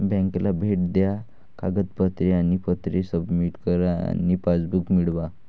बँकेला भेट द्या कागदपत्रे आणि पत्रे सबमिट करा आणि पासबुक मिळवा